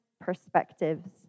perspectives